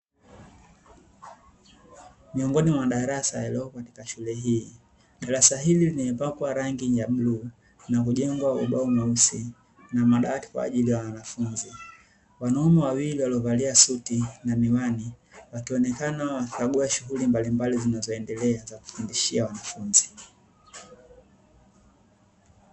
Miongoni mwa madarasa yaliyopo katika shule hii, darasa hili limepakwa rangi ya bluu na kujengwa ubao mweusi na madawati kwa ajili ya wanafunzi. Wanaume wawili waliovalia suti na miwani wakionekana wakikagua shughuli mbalimbali zinazoendelea za kufundishia wanafunzi.